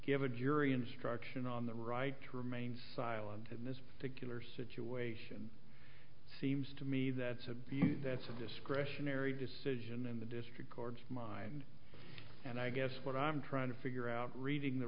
give a jury instruction on the right to remain silent in this particular situation seems to me that's a that's a discretionary decision in the district court mind and i guess what i'm trying to figure out reading the